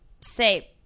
say